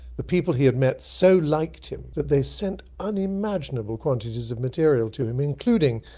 the people he had met so liked him, that they sent unimaginable quantities of material to him, including,